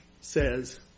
says